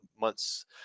months